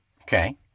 okay